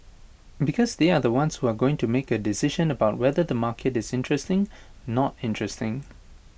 because they are the ones who are going to make A decision about whether the market is interesting not interesting